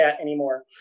anymore